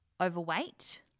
overweight